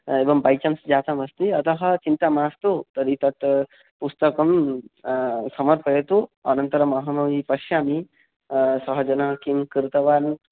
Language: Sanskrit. एवं बैचान्स् जातमस्ति अतः चिन्ता मास्तु तर्हि तत् पुस्तकं समर्पयतु अनन्तरम् अहमपि पश्यामि सः जनः किं कृतवान्